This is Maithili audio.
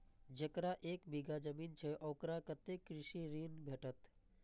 जकरा एक बिघा जमीन छै औकरा कतेक कृषि ऋण भेटत?